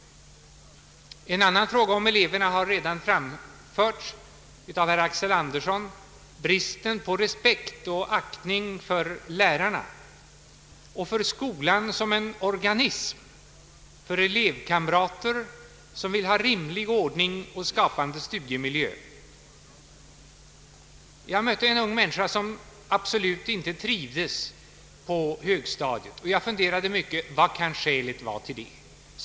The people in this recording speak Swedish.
En annan fråga om eleverna har redan framförts av herr Axel Andersson: bristen på respekt och aktning för lärarna och för skolan som en organism, för elevkamrater som vill ha rimlig ordning och skapande studiemiljö. Jag mötte en ung människa som absolut inte trivdes på högstadiet. Jag funderade mycket på vad skälet kunde vara till det.